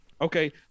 Okay